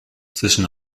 zwischen